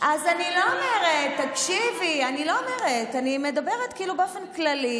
אז אני לא אומרת, אני מדברת באופן כללי.